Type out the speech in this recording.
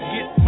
Get